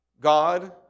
God